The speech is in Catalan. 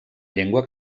llengua